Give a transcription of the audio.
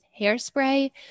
hairspray